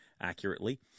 accurately